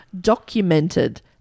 documented